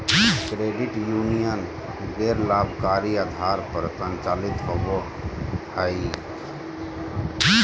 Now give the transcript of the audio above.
credit union गैर लाभकारी आधार पर संचालित होबो हइ